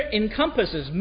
encompasses